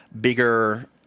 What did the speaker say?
bigger